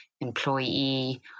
employee